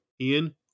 Ian